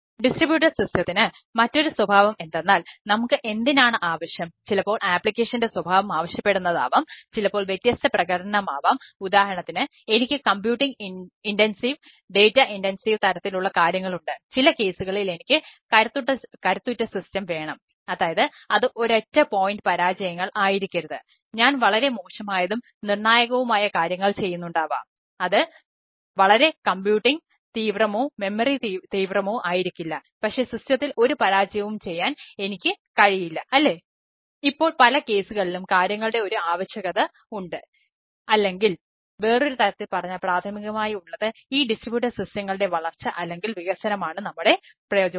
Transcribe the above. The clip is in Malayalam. ഡിസ്ട്രിബ്യൂട്ടഡ് സിസ്റ്റത്തിന് വളർച്ച അല്ലെങ്കിൽ വികസനമാണ് നമ്മുടെ പ്രചോദനം